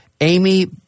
Amy